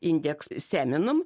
indeks seminum